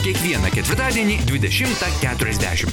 kiekvieną ketvirtadienį dvidešimtą keturiasdešimt